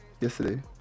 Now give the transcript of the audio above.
yesterday